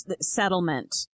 settlement